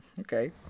Okay